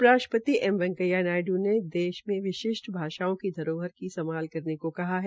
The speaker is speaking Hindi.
उपराष्ट्रपति एम वैकेंया नायडू ने देश विशिष्ट भाषाओं की धरोहर की संभाल करने को कहा है